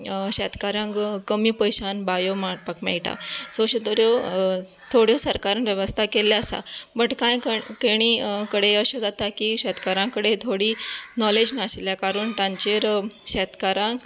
शेतकारांक कमी पयश्यान बांयो मारपाक मेळटा सो अश्यो बऱ्यो थोड्यो सरकारान वेवस्था केल्यो आसा बट काय केणी कडेन अशें जाता की शेतकारां कडेन थोडी नोलेज नाशिल्या कारण तांचेर शेतकारांक